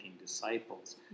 disciples